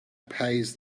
pays